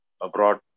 abroad